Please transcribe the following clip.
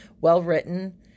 well-written